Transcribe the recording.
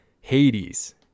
hades